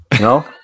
no